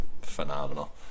phenomenal